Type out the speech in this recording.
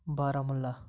Baramulla